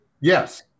Yes